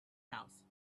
house